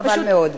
חבל מאוד.